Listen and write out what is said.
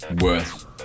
worth